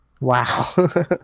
Wow